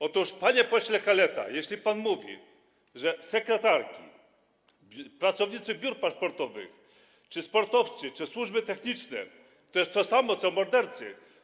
Otóż, panie pośle Kaleta, jeśli pan mówi, że sekretarki, pracownicy biur paszportowych, sportowcy czy służby techniczne to jest to samo co mordercy.